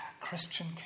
Christian